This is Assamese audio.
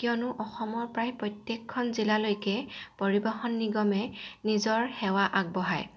কিয়নো অসমৰ প্ৰায় প্ৰত্যেকখন জিলালৈকে পৰিবহণ নিগমে নিজৰ সেৱা আগবঢ়ায়